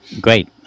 Great